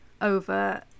over